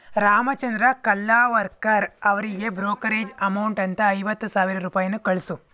ರಾಮಚಂದ್ರ ಕಲ್ಲಾವರ್ಕರ್ ಅವರಿಗೆ brokerage amount ಅಂತ ಐವತ್ತು ಸಾವಿರ ರೂಪಾಯಿಯನ್ನು ಕಳಿಸು